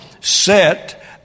set